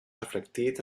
reflectit